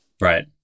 Right